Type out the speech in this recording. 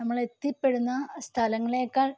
നമ്മള് എത്തിപ്പെടുന്ന സ്ഥലങ്ങളെക്കാള്